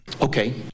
Okay